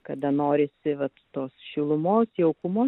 kada norisi vat tos šilumos jaukumo